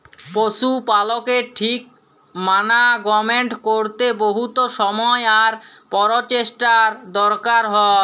পশু পালকের ঠিক মানাগমেন্ট ক্যরতে বহুত সময় আর পরচেষ্টার দরকার হ্যয়